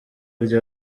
rya